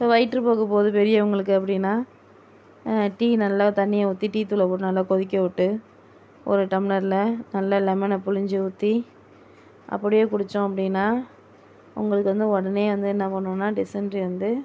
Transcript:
வயிற்று போக்கு போகுது பெரியவங்களுக்கு அப்படினால் டீ நல்ல தண்ணியை ஊற்றி டீத்தூளை போட்டு நல்ல கொதிக்க விட்டு ஒரு டம்ளரில் நல்ல லெமனை பிழிஞ்சி ஊற்றி அப்படியே குடித்தோம் அப்படினால் உங்களுக்கு வந்து உடனே வந்து என்ன பண்ணும்னால் டிசன்ட்ரி வந்து